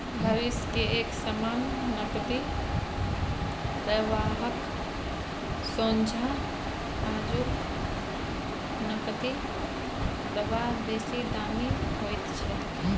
भविष्य के एक समान नकदी प्रवाहक सोंझा आजुक नकदी प्रवाह बेसी दामी होइत छै